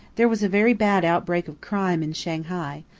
there was a very bad outbreak of crime in shanghai,